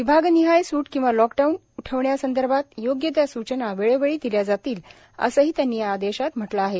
विभागनिहाय सूट किंवा लॉकडाऊन उठविण्यासंदर्भात योग्य त्या सूचना वेळोवेळी दिल्या जातील असेही त्यांनी या आदेशात म्हटले आहे